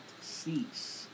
cease